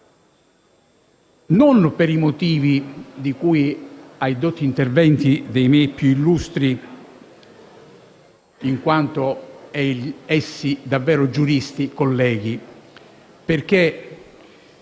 non per i motivi di cui ai dotti interventi dei miei più illustri (in quanto essi davvero giuristi) colleghi.